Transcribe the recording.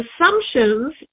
Assumptions